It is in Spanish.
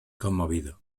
conmovido